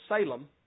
Salem